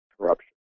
corruption